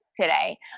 today